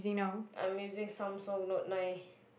I'm using Samsung Note nine